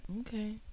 Okay